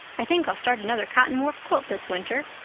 i think i'll start another cotton warp quilt this winter.